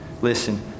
Listen